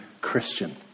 Christian